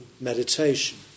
meditation